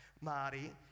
marty